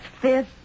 fifth